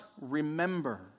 remember